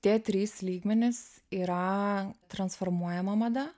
tie trys lygmenys yra transformuojama mada